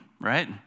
right